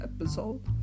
episode